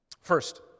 First